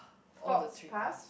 force pass